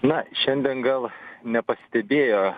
na šiandien gal nepastebėjo